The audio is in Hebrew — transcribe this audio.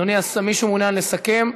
מישהו מעוניין לסכם?